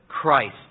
Christ